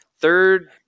Third –